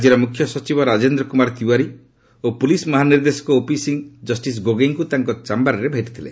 ରାଜ୍ୟର ମୁଖ୍ୟ ସଚିବ ରାଜେନ୍ଦ୍ର କୁମାର ତିୱାରୀ ଓ ପୁଲିସ୍ ମହାନିର୍ଦ୍ଦେଶକ ଓପି ସିଂହ ଜଷ୍ଟିସ୍ ଗୋଗୋଇଙ୍କୁ ତାଙ୍କ ଚାୟରରେ ଭେଟିଥିଲେ